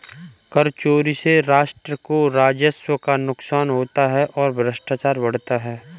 कर चोरी से राष्ट्र को राजस्व का नुकसान होता है और भ्रष्टाचार बढ़ता है